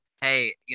hey